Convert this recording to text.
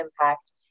impact